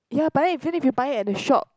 ya but then even if you buy it at the shop